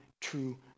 true